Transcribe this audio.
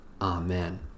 Amen